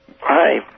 Hi